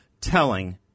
telling